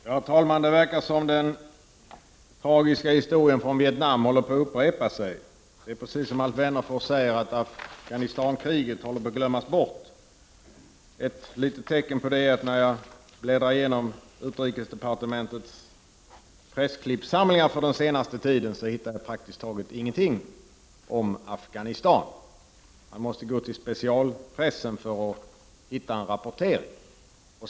Herr talman! Det verkar som om den tragiska historien från Vietnam är på väg att upprepas. Det är precis som Alf Wennerfors säger: Afghanistankriget håller på att glömmas bort. Ett litet bevis på det är att jag praktiskt taget inte hittar någonting om Afghanistan när jag bläddrar igenom utrikesdepartementets pressklippssamlingar från den senaste tiden. Man måste gå till specialpressen för att hitta en rapportering.